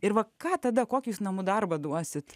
ir va ką tada kokius namų darbą duosite